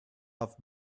off